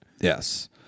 Yes